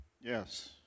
Yes